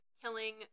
killing